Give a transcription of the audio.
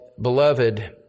beloved